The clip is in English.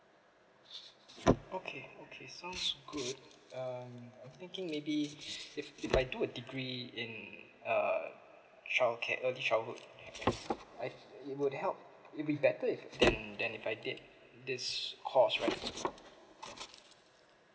okay okay sounds good um I'm thinking maybe if if I do a degree in err childcare early childhood I it would help it'd be better if than than if I did this course right